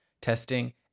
testing